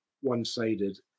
one-sided